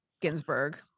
Ginsburg